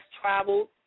traveled